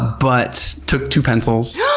but, took two pencils.